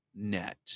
net